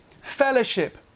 fellowship